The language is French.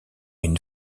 une